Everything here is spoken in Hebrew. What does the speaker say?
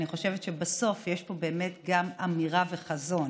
אני חושבת שבסוף יש פה באמת גם אמירה וחזון.